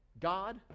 God